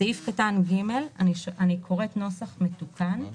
סעיף קטן (ג) הוא נוסח מתוקן.